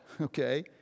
Okay